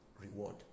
reward